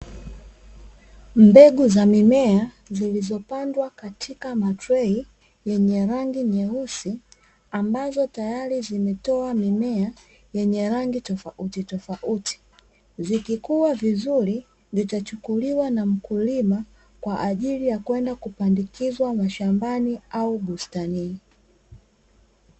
Mbegu za mimea zilizopandwa katika matrei yenye rangi nyeusi ambazo tayari zimetoa mimea yenye rangi tofauti tofauti. Zikikua vizuri zitachukuliwa na mkulima kwaajili ya kwenda kupandikizwa mashambani au bustanini.